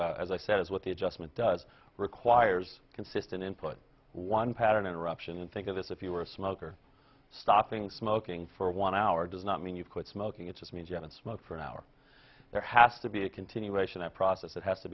as i said is what the adjustment does requires consistent input one pattern interruption and think of this if you are a smoker stopping smoking for one hour does not mean you quit smoking it just means you haven't smoked for an hour there has to be a continuation a process that has to